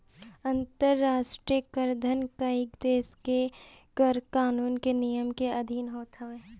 अंतरराष्ट्रीय कराधान कईगो देस के कर कानून के नियम के अधिन होत हवे